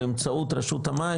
באמצעות רשות המים,